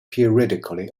periodically